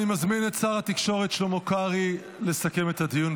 אני מזמין את שר התקשורת שלמה קרעי לסכם את הדיון,